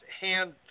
hand